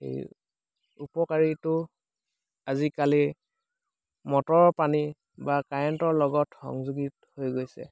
এই উপকাৰীটো আজিকালি মটৰৰ পানী বা কাৰেণ্টৰ লগত সংযোজীত হৈ গৈছে